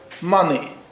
money